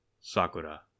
Sakura